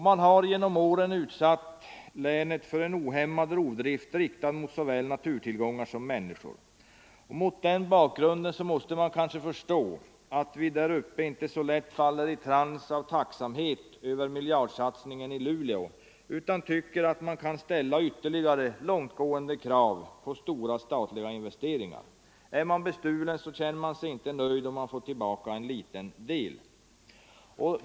Man har genom åren utsatt länet för en ohämmad rovdrift riktad mot såväl naturtillgångarna som människor. Mot den bakgrunden måste man förstå att vi där uppe inte så lätt faller i trans av tacksamhet över miljardsatsningen i Luleå utan tycker att vi kan ställa ytterligare långtgående krav på stora statliga investeringar. Om man är bestulen känner man sig inte nöjd om man får tillbaka en liten del.